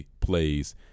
plays